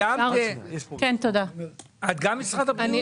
1,100 חסרים בערך 7,000. אנחנו בהחלטת ממשלה ביקשנו 7,000,